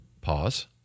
Pause